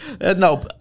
No